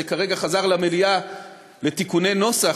זה כרגע חזר למליאה לתיקוני נוסח,